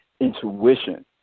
intuition